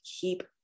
keep